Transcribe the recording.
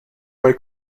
mal